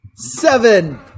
Seven